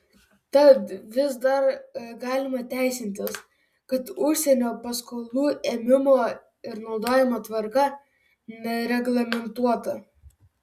tad vis dar galima teisintis kad užsienio paskolų ėmimo ir naudojimo tvarka nereglamentuota